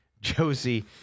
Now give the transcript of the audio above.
Josie